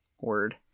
Word